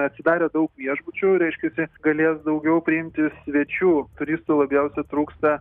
atsidarė daug viešbučių reiškiasi galės daugiau priimti svečių turistų labiausia trūksta